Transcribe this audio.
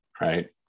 right